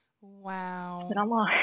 Wow